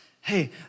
Hey